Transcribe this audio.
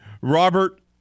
Robert